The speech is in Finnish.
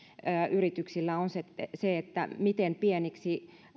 yrityksillä on se se miten pieniksi